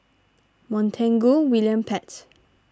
Montague William Pett